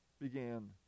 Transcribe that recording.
began